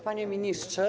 Panie Ministrze!